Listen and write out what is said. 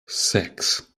six